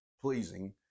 pleasing